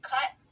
Cut